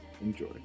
Enjoy